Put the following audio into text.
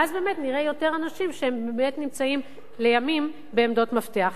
ואז נראה יותר אנשים שנמצאים לימים בעמדות מפתח.